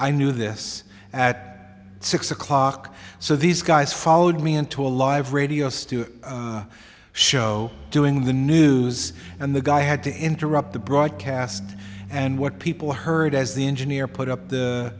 i knew this at six o'clock so these guys followed me into a live radio studio show doing the news and the guy had to interrupt the broadcast and what people heard as the engineer put up the